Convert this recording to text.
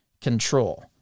control